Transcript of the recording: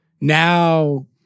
now